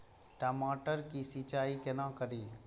टमाटर की सीचाई केना करी?